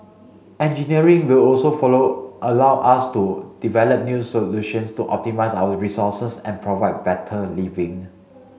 engineering will also follow allow us to develop new solutions to optimise our resources and provide better living